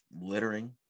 littering